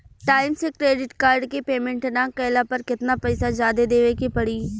Time से credit card के payment ना कैला पर केतना पईसा जादे देवे के पड़ी?